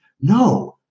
No